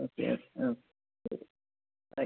okay ആ ആ ശരി ബൈ